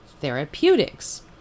therapeutics